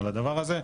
על הדבר הזה.